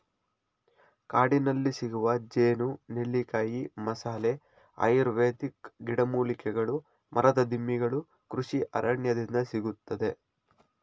ಕಾಡಿನಲ್ಲಿಸಿಗುವ ಜೇನು, ನೆಲ್ಲಿಕಾಯಿ, ಮಸಾಲೆ, ಆಯುರ್ವೇದಿಕ್ ಗಿಡಮೂಲಿಕೆಗಳು ಮರದ ದಿಮ್ಮಿಗಳು ಕೃಷಿ ಅರಣ್ಯದಿಂದ ಸಿಗುತ್ತದೆ